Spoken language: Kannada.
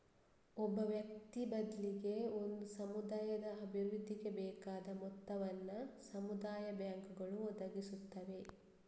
ಒಬ್ಬ ವ್ಯಕ್ತಿ ಬದ್ಲಿಗೆ ಒಂದು ಸಮುದಾಯದ ಅಭಿವೃದ್ಧಿಗೆ ಬೇಕಾದ ಮೊತ್ತವನ್ನ ಸಮುದಾಯ ಬ್ಯಾಂಕುಗಳು ಒದಗಿಸುತ್ತವೆ